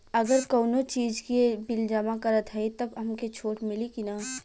अगर कउनो चीज़ के बिल जमा करत हई तब हमके छूट मिली कि ना?